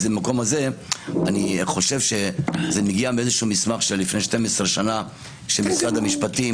אני חושב שזה מגיע מאיזשהו מסמך מלפני 12 שנה שמשרד המשפטים